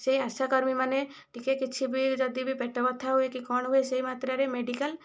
ସେହି ଆଶାକର୍ମୀମାନେ ଟିକିଏ କିଛି ବି ଯଦି ବି ପେଟ ବଥା ହୁଏ କି କ'ଣ ହୁଏ ସେହି ମାତ୍ରାରେ ମେଡ଼ିକାଲ